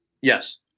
yes